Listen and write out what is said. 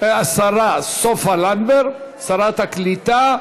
השרה סופה לנדבר, שרת הקליטה,